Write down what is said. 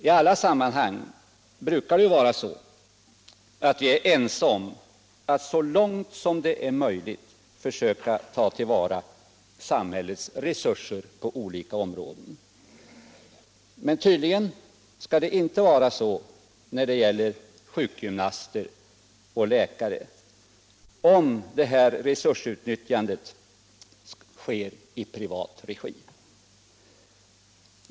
I alla sammanhang brukar vi vara ense om att så långt det är möjligt försöka ta till vara samhällets resurser på olika områden. Men tydligen skall det inte vara så när det gäller sjukgymnaster och läkare, om resursutnyttjandet sker i privat regi.